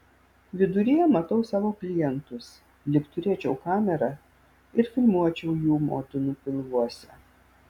viduryje matau savo klientus lyg turėčiau kamerą ir filmuočiau jų motinų pilvuose